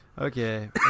okay